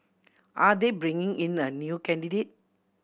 are they bringing in a new candidate